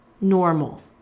normal